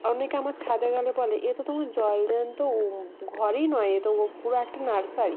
অনেকে আমার ছাদে গেলে বলে এ তো তোমার জলজ্যান্ত ঘরই নয় এ তো পুরো একটা নার্সারি